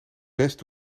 best